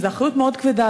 וזו אחריות מאוד כבדה,